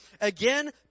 Again